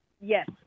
yes